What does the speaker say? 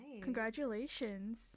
Congratulations